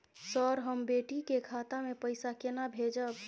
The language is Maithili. सर, हम बेटी के खाता मे पैसा केना भेजब?